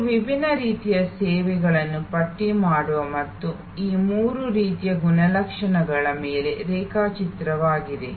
ಇದು ವಿಭಿನ್ನ ರೀತಿಯ ಸೇವೆಗಳನ್ನು ಪಟ್ಟಿ ಮಾಡುವ ಮತ್ತು ಈ ಮೂರು ರೀತಿಯ ಗುಣಲಕ್ಷಣಗಳ ಮೇಲೆರೇಖಾಚಿತ್ರವಾಗಿದೆ